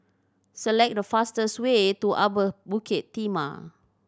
select the fastest way to Upper Bukit Timah